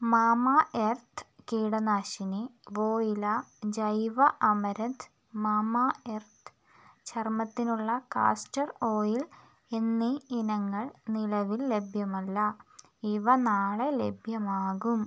mama earth കീടനാശിനി വോയില ജൈവ അമരന്ത് മാമ എർത്ത് ചർമ്മത്തിനുള്ള കാസ്റ്റർ ഓയിൽ എന്നീ ഇനങ്ങൾ നിലവിൽ ലഭ്യമല്ല ഇവ നാളെ ലഭ്യമാകും